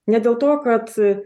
ne dėl to kad